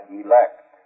elect